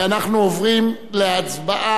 אנחנו עוברים להצבעה.